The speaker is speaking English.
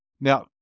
Now